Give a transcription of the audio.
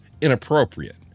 inappropriate